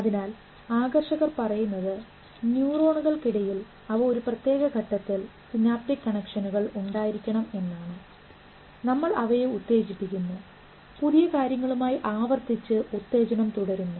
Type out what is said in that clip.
അതിനാൽ ആകർഷകർ പറയുന്നത് ന്യൂറോണുകൾക്കിടയിൽ അവ ഒരു പ്രത്യേക ഘട്ടത്തിൽ സിനാപ്റ്റിക് കണക്ഷനുകളിൽ ഉണ്ടായിരിക്കണം എന്നാണ് അർത്ഥമാക്കുന്നത് നമ്മൾ അവയെ ഉത്തേജിപ്പിക്കുന്നു പുതിയ കാര്യങ്ങളുമായി ആവർത്തിച്ച് ഉത്തേജനം തുടരുന്നു